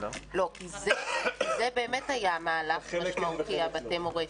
כי זה באמת היה מהלך משמעותי, בתי מורשת,